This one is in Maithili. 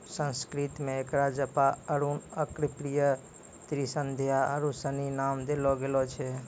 संस्कृत मे एकरा जपा अरुण अर्कप्रिया त्रिसंध्या आरु सनी नाम देलो गेल छै